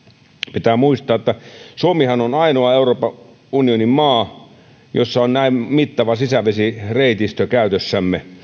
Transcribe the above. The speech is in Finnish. pitää muistaa että suomihan on ainoa euroopan unionin maa jossa on näin mittava sisävesireitistö käytössämme